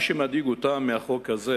מה שמדאיג אותם בחוק הזה